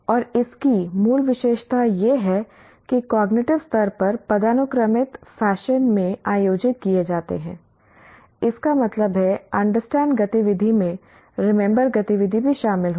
और इसकी मूल विशेषता यह है कि कॉग्निटिव स्तर पदानुक्रमित फैशन में आयोजित किए जाते हैं इसका मतलब है अंडरस्टैंड गतिविधि में रिमेंबर गतिविधि भी शामिल होगी